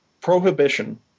prohibition